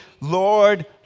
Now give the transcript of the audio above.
Lord